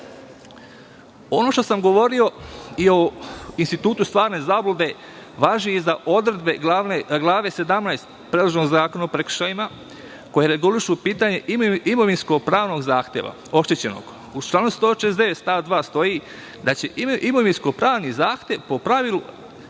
2.Ono što sam govorio i o institutu stvarne zablude važi i za odredbe Glave 17. predloženog Zakona o prekršajima koji regulišu pitanje imovinsko-pravnog zahteva oštećenog. U članu 169. stav 2. stoji da će imovinsko-pravni zahtev po pravilu